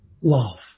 love